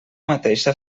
mateixa